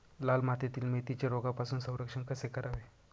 लाल मातीतील मेथीचे रोगापासून संरक्षण कसे करावे?